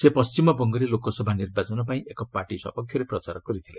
ସେ ପଣ୍ଟିମବଙ୍ଗରେ ଲୋକସଭା ନିର୍ବାଚନ ପାଇଁ ଏକ ପାର୍ଟି ସପକ୍ଷରେ ପ୍ରଚାର କରିଥିଲେ